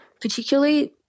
particularly